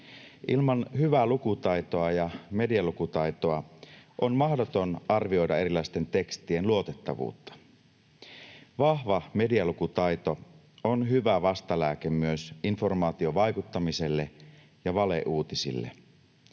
Ilman hyvää lukutaitoa ja medialukutaitoa on mahdoton arvioida erilaisten tekstien luotettavuutta. Vahva medialukutaito on hyvä vastalääke myös informaatiovaikuttamiselle ja valeuutisille